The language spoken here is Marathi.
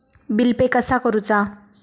बिल पे कसा करुचा?